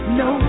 no